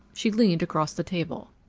she leaned across the table.